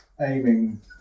aiming